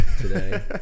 today